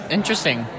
Interesting